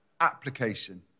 application